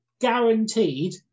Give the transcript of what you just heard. guaranteed